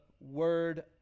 word